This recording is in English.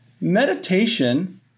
meditation